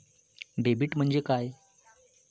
Debit म्हणजे काय?